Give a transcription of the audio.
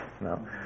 No